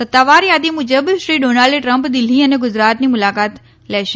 સત્તાવાર યાદી મુજબ શ્રી ડોનાલ્ડ ટ્રમ્પ દિલ્હી અને ગુજરાતની મુલાકાત લેશે